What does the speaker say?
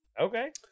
okay